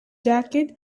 jacket